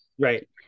Right